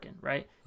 right